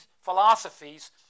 philosophies